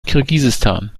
kirgisistan